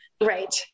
right